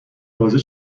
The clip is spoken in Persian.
بازه